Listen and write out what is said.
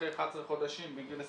אחרי 11 חודשים, מגיל 22,